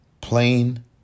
Plain